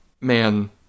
man